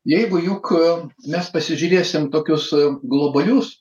jeigu juk mes pasižiūrėsim tokius globalius